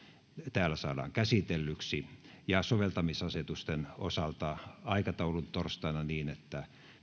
saadaan käsitellyiksi soveltamisasetusten osalta aikataulu torstaina on se että